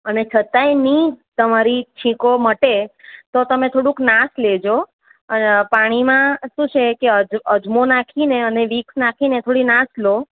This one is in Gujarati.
અને છતાંય ની તમારી છીંકો મટે તો તમે થોડુંક નાસ લેજો અને પાણીમાં શું છે કે અજ અજમો નાખીને અને વિક્સ નાખીને થોડી નાસ લો